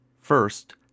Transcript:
First